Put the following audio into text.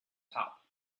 top